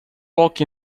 walk